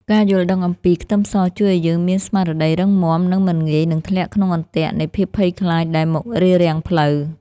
ការយល់ដឹងអំពីខ្ទឹមសជួយឱ្យយើងមានស្មារតីរឹងមាំនិងមិនងាយនឹងធ្លាក់ក្នុងអន្ទាក់នៃភាពភ័យខ្លាចដែលមករារាំងផ្លូវ។